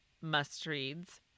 must-reads